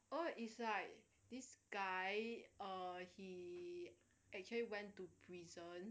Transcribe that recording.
oh is like this guy he actually went to prison